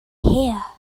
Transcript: here